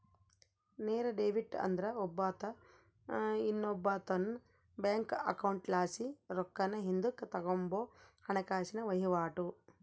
ನೇರ ಡೆಬಿಟ್ ಅಂದ್ರ ಒಬ್ಬಾತ ಇನ್ನೊಬ್ಬಾತುನ್ ಬ್ಯಾಂಕ್ ಅಕೌಂಟ್ಲಾಸಿ ರೊಕ್ಕಾನ ಹಿಂದುಕ್ ತಗಂಬೋ ಹಣಕಾಸಿನ ವಹಿವಾಟು